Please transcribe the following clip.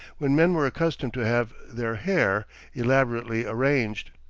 when men were accustomed to have their hair elaborately arranged.